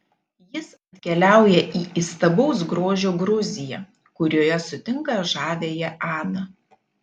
jis atkeliauja į įstabaus grožio gruziją kurioje sutinka žaviąją aną